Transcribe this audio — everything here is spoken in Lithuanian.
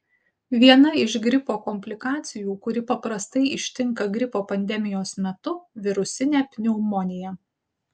viena iš gripo komplikacijų kuri paprastai ištinka gripo pandemijos metu virusinė pneumonija